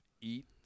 eat